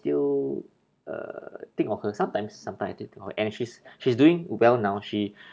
still uh think of her sometimes sometimes I still think of her and she's she's doing well now she